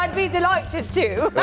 like be delighted to.